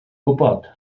gwybod